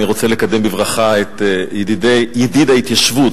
ארבע דקות, ואחריו, חבר הכנסת